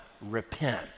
Repent